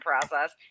process